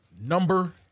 number